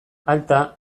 alta